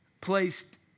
placed